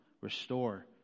restore